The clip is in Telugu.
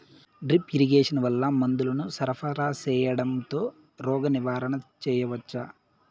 డ్రిప్ ఇరిగేషన్ వల్ల మందులను సరఫరా సేయడం తో రోగ నివారణ చేయవచ్చా?